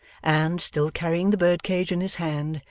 and, still carrying the birdcage in his hand,